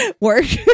work